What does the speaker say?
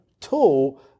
tool